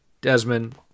Desmond